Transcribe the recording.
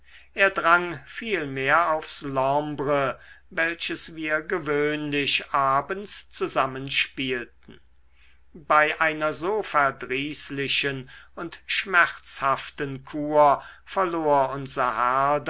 er drang vielmehr aufs l'hombre welches wir gewöhnlich abends zusammen spielten bei einer so verdrießlichen und schmerzhaften kur verlor unser